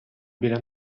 біля